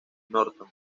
norton